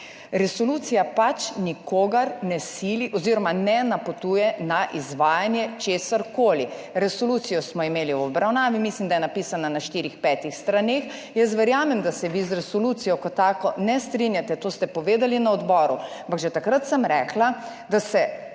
Resolucija pač nikogar ne sili oziroma ne napotuje na izvajanje česarkoli. Resolucijo smo imeli v obravnavi, mislim da je napisana na štirih, petih straneh. Jaz verjamem, da se vi z resolucijo kot tako ne strinjate, to ste povedali na odboru, ampak že takrat sem rekla, da se